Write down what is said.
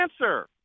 answer